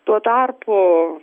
tuo tarpu